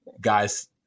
guys